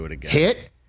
hit